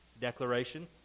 Declaration